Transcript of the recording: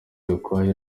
gakwaya